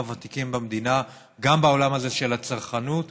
הוותיקים במדינה גם בעולם הזה של הצרכנות,